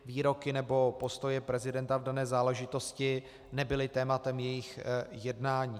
Výroky nebo postoje prezidenta v dané záležitosti nebyly tématem jejich jednání.